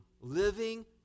living